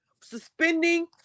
suspending